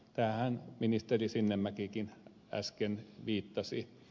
tähänhän ministeri sinnemäkikin äsken viittasi